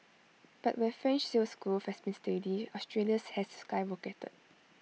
but where French Sales Growth has been steady Australia's has skyrocketed